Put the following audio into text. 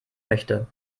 möchte